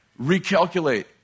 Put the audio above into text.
Recalculate